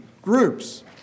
groups